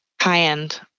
high-end